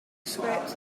script